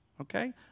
Okay